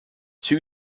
two